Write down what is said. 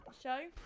show